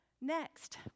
Next